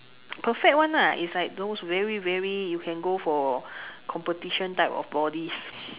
perfect one lah is like those very very you can go for competition type of bodies